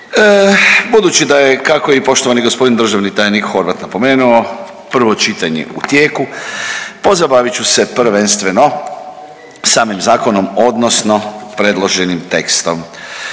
Budući da je kako je i poštovani g. državni tajnik Horvat napomenuo prvo čitanje u tijeku pozabavit ću se prvenstveno samim zakonom odnosno predloženim tekstom.